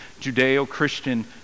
judeo-christian